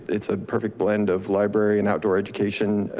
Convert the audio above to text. it's a perfect blend of library and outdoor education.